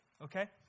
okay